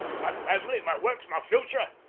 my family, my works, my future!